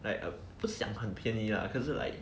like err 不想很便宜 lah 可是 like